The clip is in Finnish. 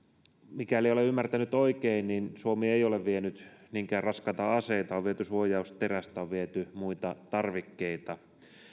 mikäli olen ymmärtänyt oikein niin suomi ei ole vienyt niinkään raskaita aseita on viety suojausterästä on viety muita tarvikkeita